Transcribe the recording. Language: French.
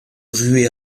ruait